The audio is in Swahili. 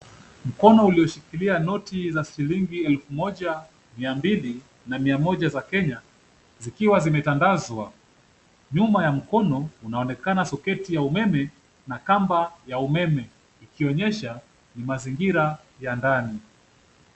Mkono ulioshikilia noti za shilingi elfu moja, mia mbili na mia moja za Kenya zikiwa zimetandazwa. Nyuma ya mkono kunaonekana soketi ya umeme na kamba ya umeme ikionyesha ni mazingira ya ndani.